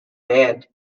band